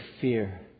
fear